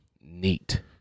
neat